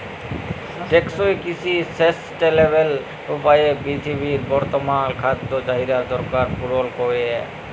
টেকসই কিসি সাসট্যালেবেল উপায়ে পিরথিবীর বর্তমাল খাদ্য চাহিদার দরকার পুরল ক্যরে